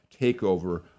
takeover